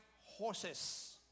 horses